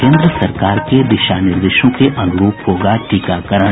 केंद्र सरकार के दिशा निर्देशों के अनुरूप होगा टीकाकरण